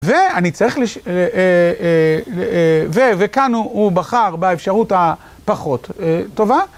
ואני צריך... וכאן הוא בחר באפשרות הפחות טובה